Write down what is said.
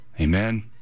Amen